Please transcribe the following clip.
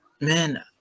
man